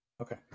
Okay